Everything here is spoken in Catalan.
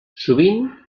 sovint